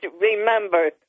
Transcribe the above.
remember